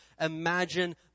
Imagine